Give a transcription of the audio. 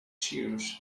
cheers